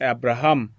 Abraham